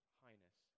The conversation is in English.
highness